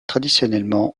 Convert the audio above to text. traditionnellement